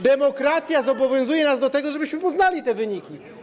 Demokracja zobowiązuje nas do tego, żebyśmy poznali te wyniki.